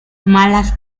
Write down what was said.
malas